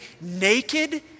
naked